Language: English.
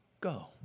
go